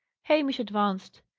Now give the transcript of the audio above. hamish advanced.